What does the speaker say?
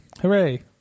Hooray